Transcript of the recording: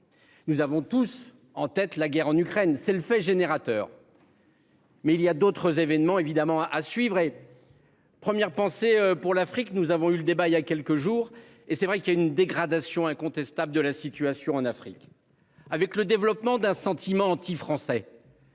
Nous avons tous en tête. La guerre en Ukraine, c'est le fait générateur. Mais il y a d'autres événements évidemment à suivre et. Première pensée pour l'Afrique, nous avons eu le débat il y a quelques jours et c'est vrai qu'il y a une dégradation incontestable de la situation en Afrique avec le développement d'un sentiment anti-français.